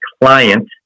client